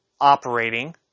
operating